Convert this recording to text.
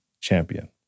champion